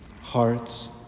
Hearts